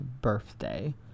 birthday